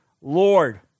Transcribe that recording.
Lord